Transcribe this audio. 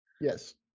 Yes